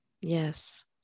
Yes